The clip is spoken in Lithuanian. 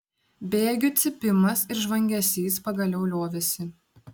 bėgių cypimas ir žvangesys pagaliau liovėsi